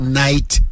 night